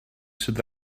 sydd